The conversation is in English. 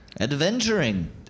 Adventuring